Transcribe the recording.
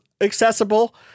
accessible